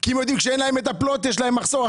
כי הם יודעים, כשאין להם מטפלות יש להם מחסור.